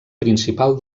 principal